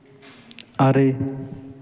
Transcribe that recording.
ᱟᱨᱮ